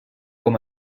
com